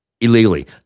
illegally